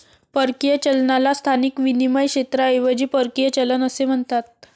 परकीय चलनाला स्थानिक विनिमय क्षेत्राऐवजी परकीय चलन असे म्हणतात